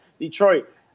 Detroit